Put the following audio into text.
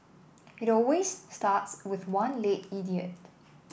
it always starts with one late idiot